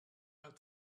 vingt